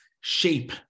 shape